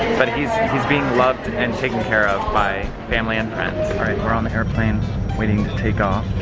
but he's, he's being loved and taken care of by family and friends. alright we're on the airplane waiting to take off.